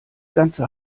ganze